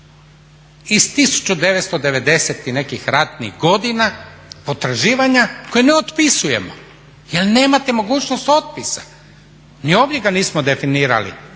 1990.i nekih ratnih godina potraživanja koja ne otpisujemo jer nemate mogućnost otpisa. Ni ovdje ga nismo definirali